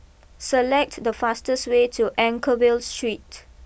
select the fastest way to Anchorvale Street